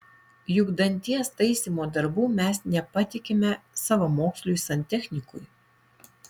juk danties taisymo darbų mes nepatikime savamoksliui santechnikui